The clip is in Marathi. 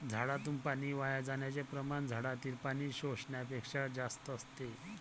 झाडातून पाणी वाया जाण्याचे प्रमाण झाडातील पाणी शोषण्यापेक्षा जास्त असते